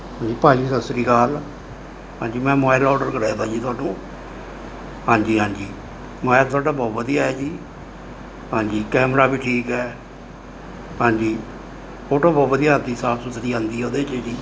ਹਾਂਜੀ ਭਾਅ ਜੀ ਸਤਿ ਸ਼੍ਰੀ ਅਕਾਲ ਹਾਂਜੀ ਮੈਂ ਮੋਬਾਈਲ ਔਰਡਰ ਕਰਿਆ ਤਾ ਜੀ ਤੁਹਾਨੂੰ ਹਾਂਜੀ ਹਾਂਜੀ ਮੋਬਾਈਲ ਤੁਹਾਡਾ ਬਹੁਤ ਵਧੀਆ ਹੈ ਜੀ ਹਾਂਜੀ ਕੈਮਰਾ ਵੀ ਠੀਕ ਹੈ ਹਾਂਜੀ ਫੋਟੋ ਬਹੁਤ ਵਧੀਆ ਆਉਂਦੀ ਸਾਫ਼ ਸੁਥਰੀ ਆਉਂਦੀ ਉਹਦੇ 'ਚ ਜੀ